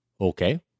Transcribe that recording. Okay